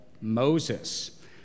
Moses